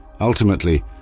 Ultimately